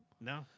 No